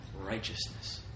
righteousness